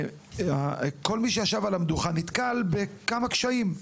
כל מי שישב על המדוכה נתקל בכמה קשיים.